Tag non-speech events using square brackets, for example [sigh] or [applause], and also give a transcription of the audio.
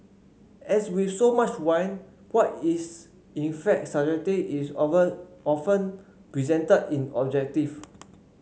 as with so much in wine what is in fact [unintelligible] is over often presented in objective